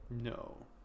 No